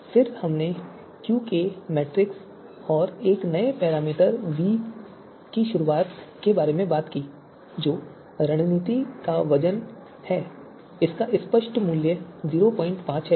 फिर हमने Q K metric और एक नए पैरामीटर वी की शुरूआत के बारे में बात की जो रणनीति का वजन है इसका विशिष्ट मूल्य 05 है